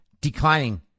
declining